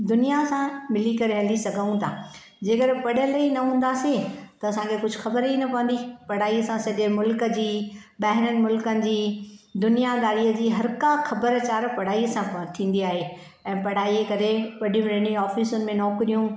दुनिया सां मिली करे हली सघूं था जेकर पढ़ियल ई न हूंदासीं त असांखे कुझु ख़बर ई न पवंदी पढ़ाईअ सां सॼे मुल्क जी ॿाहिरनि मुल्कनि जी दुनियादारीअ जी हर का ख़बर चार पढ़ाईअ सां थींदी आहे ऐ पढ़ाआ जे करे वॾी वॾी ऑफ़िसनि में नौकरियूं